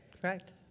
Correct